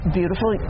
beautiful